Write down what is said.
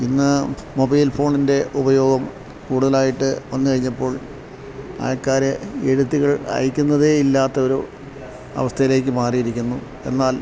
ഇന്ന് മൊബൈൽ ഫോണിൻ്റെ ഉപയോഗം കൂടുതലായിട്ട് വന്നുകഴിഞ്ഞപ്പോൾ ആൾക്കാര് എഴുത്തുകൾ അയക്കുന്നതേ ഇല്ലാത്ത ഒരു അവസ്ഥയിലേക്കു മാറിയിരിക്കുന്നു എന്നാൽ